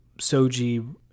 Soji